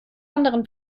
anderen